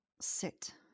sit